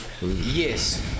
Yes